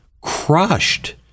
crushed